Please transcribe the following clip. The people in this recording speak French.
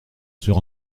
sur